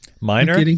Minor